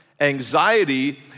Anxiety